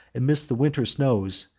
amidst the winter snows,